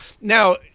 Now